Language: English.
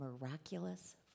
miraculous